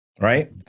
Right